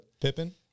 Pippen